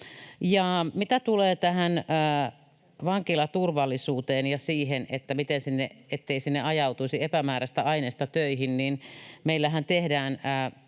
mitä tulee tähän vankilaturvallisuuteen ja siihen, ettei sinne ajautuisi epämääräistä ainesta töihin, niin meillähän tehdään